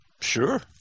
Sure